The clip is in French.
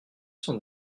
cent